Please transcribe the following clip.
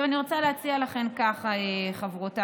אני רוצה לומר מילה על הצעת החוק הזאת: